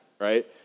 right